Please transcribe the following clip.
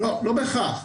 לא בהכרח.